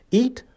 eat